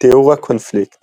תיאור הקונפליקט